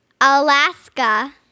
Alaska